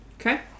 Okay